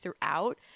throughout